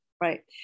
right